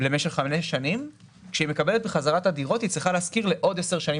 אז כשהיא מקבלת בחזרה את הדירות היא צריכה להשכיר לעוד 10 שנים.